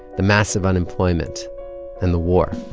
the massive unemployment and the war